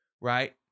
Right